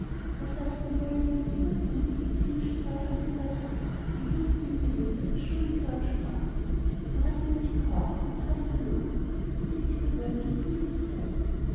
den goldenen finger womit es das himmlische feuer angerührt hatte und wußte nun gewiß daß es schuldig war und sprach du hast mir nicht gehorcht und hast gelogen du bist nicht mehr würdig im himmel zu seyn